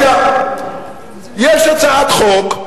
יש הצעת חוק,